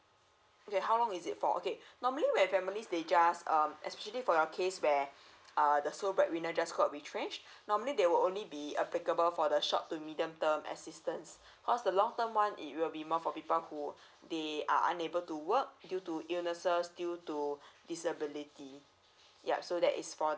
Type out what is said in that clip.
okay how long is it for okay normally when families they just um especially for your case where err the sole breadwinner just got retrenched normally they will only be applicable for the short to medium term assistance cause the long term one it will be more for people who they are unable to work due to illnesses due to disability